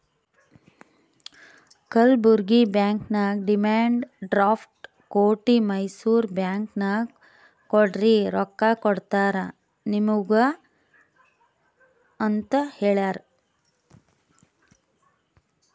Kalburgi bank ನಾಗ್ demand draft ಕೊಟ್ಟಿ Mysore bank ನಾಗ್ ಕೊಡ್ರಿ ರೊಕ್ಕಾ ಕೊಡ್ತಾರ ನಿಮುಗ ಅಂತ್ ಹೇಳ್ಯಾರ್